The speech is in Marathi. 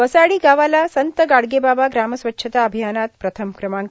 वसाडी गावाला संत गाडगेबाबा ग्राम स्वच्छता अभियानात प्रथम क्रमांक